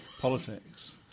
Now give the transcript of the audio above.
politics